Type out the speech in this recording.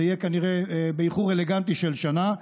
זה יהיה כנראה באיחור אלגנטי של שנה.